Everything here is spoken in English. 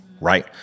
right